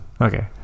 okay